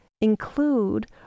Include